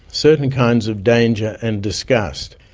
certain kinds of danger and disgust.